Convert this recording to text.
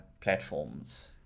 platforms